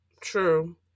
true